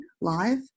live